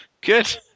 good